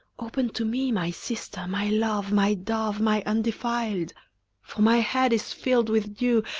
open to me, my sister, my love, my dove, my undefiled for my head is filled with dew,